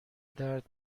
درد